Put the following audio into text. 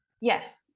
Yes